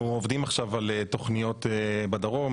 אנחנו עובדים עכשיו על תכניות בדרום,